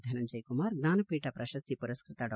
ಧನಂಜಯಕುಮಾರ್ ಜ್ವಾನಪೀಠ ಪ್ರಶಸ್ತಿ ಪುರಸ್ನತ ಡಾ